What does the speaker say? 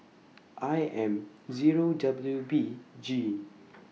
I M Zero W B G